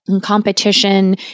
competition